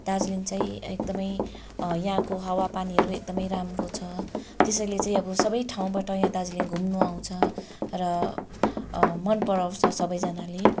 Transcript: दार्जिलिङ चाहिँ एकदमै यहाँको हावा पानीहरू एकदमै राम्रो छ त्यसैले चाहिँ सबै ठाउँबाट यहाँ दार्जिलिङ घुम्न आउँछ र मन पराउँछ सबैजनाले